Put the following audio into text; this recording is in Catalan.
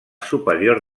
superior